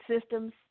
systems